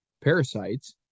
parasites